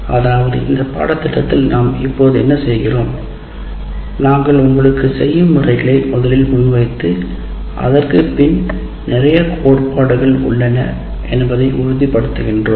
அதாவது இந்த பாடத்திட்டத்தில் நாம் இப்போது என்ன செய்கிறோம் - நாங்கள்உங்களுக்கு செய்யும் முறைகளை முதலில் முன்வைத்து அதற்குப்பின் நிறைய கோட்பாடுகள் உள்ளன என்பதை உறுதி படுத்துகின்றோம்